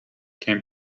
can